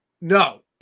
no